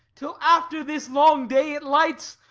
till after this long day it lights.